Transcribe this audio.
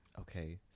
Okay